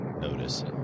notice